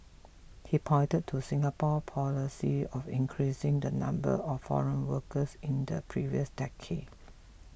he pointed to Singapore policy of increasing the number of foreign workers in the previous decade